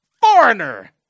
Foreigner